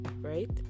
right